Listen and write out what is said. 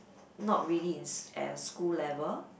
not really in at a school level